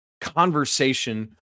conversation